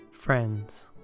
Friends